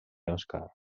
oscar